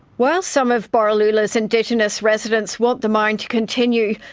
while some of borroloola's indigenous residents want the mine to continue,